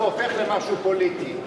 זה הופך למשהו פוליטי.